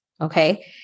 okay